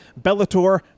Bellator